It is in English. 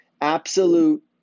absolute